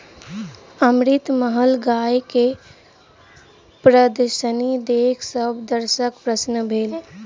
अमृतमहल गाय के प्रदर्शनी देख सभ दर्शक प्रसन्न भेल